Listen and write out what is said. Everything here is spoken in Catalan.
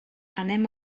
anem